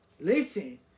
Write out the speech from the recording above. Listen